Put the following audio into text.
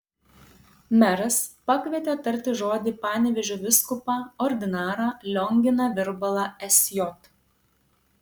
meras pakvietė tarti žodį panevėžio vyskupą ordinarą lionginą virbalą sj